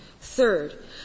Third